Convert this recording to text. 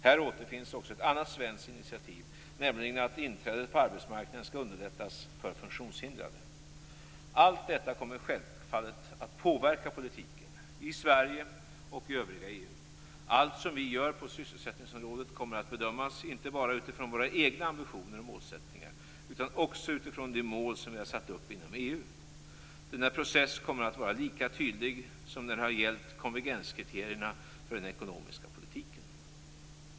Här återfinns också ett annat svenskt initiativ, nämligen att inträdet på arbetsmarknaden skall underlättas för funktionshindrade. Allt detta kommer självfallet att påverka politiken - i Sverige och i övriga EU. Allt som vi gör på sysselsättningsområdet kommer att bedömas inte bara utifrån våra egna ambitioner och målsättningar utan också utifrån de mål som vi har satt upp inom EU. Denna process kommer att vara lika tydlig som när det har gällt konvergenskriterierna för den ekonomiska politiken.